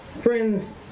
Friends